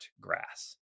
grass